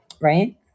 right